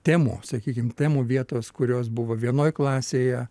temų sakykim temų vietos kurios buvo vienoj klasėje